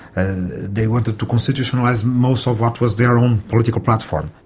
and they wanted to constitutionalise most of what was their own political platform.